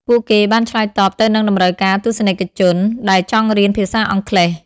ពួកគេបានឆ្លើយតបទៅនឹងតម្រូវការទស្សនិកជនដែលចង់រៀនភាសាអង់គ្លេស។